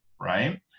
right